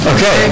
Okay